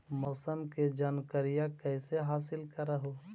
मौसमा के जनकरिया कैसे हासिल कर हू?